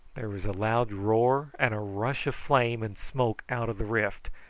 there was a loud roar and a rush of flame and smoke out of the rift,